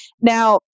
Now